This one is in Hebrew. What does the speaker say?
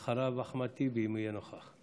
אחריו, אחמד טיבי, אם הוא יהיה נוכח.